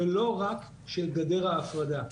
ולא רק של גדר ההפרדה.